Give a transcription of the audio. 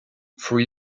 three